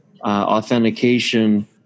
authentication